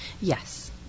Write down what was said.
Yes